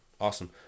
awesome